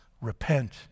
Repent